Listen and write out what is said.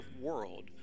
world